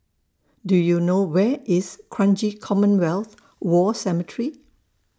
Do YOU know Where IS Kranji Commonwealth War Cemetery